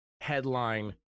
headline